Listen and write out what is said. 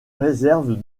réserve